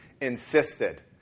insisted